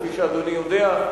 כפי שאדוני יודע,